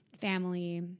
family